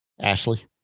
Ashley